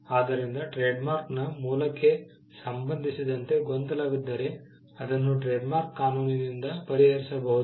ಆದ್ದರಿಂದ ಟ್ರೇಡ್ಮಾರ್ಕನ ಮೂಲಕ್ಕೆ ಸಂಬಂಧಿಸಿದಂತೆ ಗೊಂದಲವಿದ್ದರೆ ಅದನ್ನು ಟ್ರೇಡ್ಮಾರ್ಕ್ ಕಾನೂನಿಂದ ಪರಿಹರಿಸಬಹುದು